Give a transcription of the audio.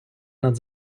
над